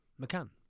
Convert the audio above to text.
McCann